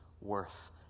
worth